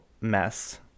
mess